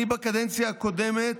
בקדנציה הקודמת